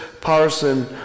Parson